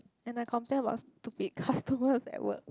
and I complain about stupid customers at work